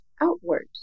outward